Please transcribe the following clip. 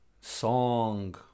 song